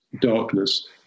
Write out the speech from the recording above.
darkness